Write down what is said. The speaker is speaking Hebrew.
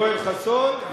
יואל חסון,